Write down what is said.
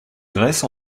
grèce